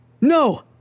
No